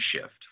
Shift